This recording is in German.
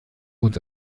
wurde